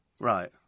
Right